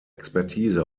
expertise